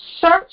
search